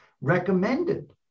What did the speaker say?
recommended